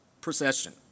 procession